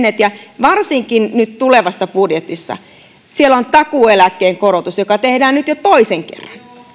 aikana tehneet ja varsinkin nyt tulevassa budjetissa siellä on takuueläkkeen korotus joka tehdään nyt jo toisen kerran